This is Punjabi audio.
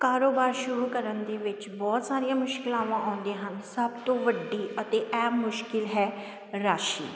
ਕਾਰੋਬਾਰ ਸ਼ੁਰੂ ਕਰਨ ਦੇ ਵਿੱਚ ਬਹੁਤ ਸਾਰੀਆਂ ਮੁਸ਼ਕਿਲਾਵਾਂ ਆਉਂਦੀਆਂ ਹਨ ਸਭ ਤੋਂ ਵੱਡੀ ਅਤੇ ਅਹਿਮ ਮੁਸ਼ਕਿਲ ਹੈ ਰਾਸ਼ੀ